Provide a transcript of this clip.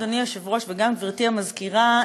אדוני היושב-ראש וגם גברתי המזכירה,